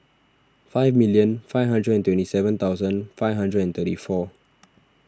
five million five hundred and twenty seven thousand five hundred and thirty four